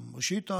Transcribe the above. ראשית,